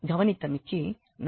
கவனித்தமைக்கு நன்றி